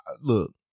look